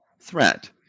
threat